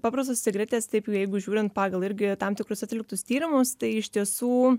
paprastos cigaretės taip jau jeigu žiūrint pagal irgi tam tikrus atliktus tyrimus tai iš tiesų